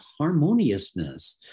harmoniousness